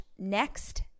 Next